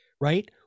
right